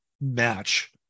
match